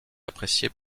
appréciées